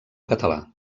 català